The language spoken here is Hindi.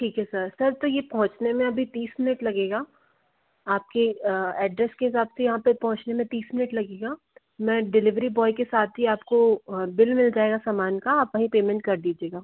ठीक है सर सर तो ये पहुंचने में अभी तीस मिनट लगेगा आपके एड्रेस के हिसाब से यहाँ तक पहुंचने में तीस मिनट लगेगा मैं डिलिवरी बॉय के साथ ही आपको बिल मिल जाएगा सामान का आप वहीं पेमेंट कर दीजिएगा